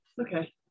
Okay